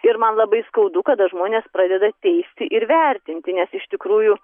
ir man labai skaudu kada žmonės pradeda teisti ir vertinti nes iš tikrųjų